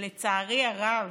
שלצערי הרב,